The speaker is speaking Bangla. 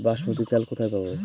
বাসমতী চাল কোথায় পাবো?